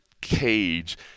cage